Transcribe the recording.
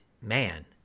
man